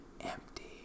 empty